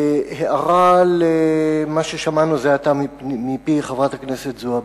הערה למה ששמענו זה עתה מפי חברת הכנסת זועבי: